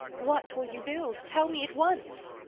what will you build? tell me at once!